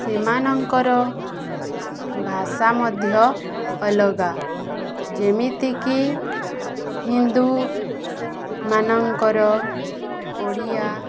ସେମାନଙ୍କର ଭାଷା ମଧ୍ୟ ଅଲଗା ଯେମିତିକି ହିନ୍ଦୁମାନାନଙ୍କର ଓଡ଼ିଆ